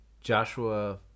joshua